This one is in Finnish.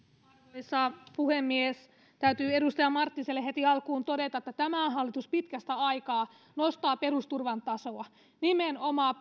arvoisa puhemies täytyy edustaja marttiselle heti alkuun todeta että tämä hallitus pitkästä aikaa nostaa perusturvan tasoa nimenomaan